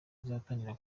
uzatangira